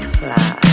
fly